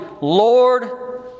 Lord